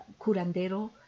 curandero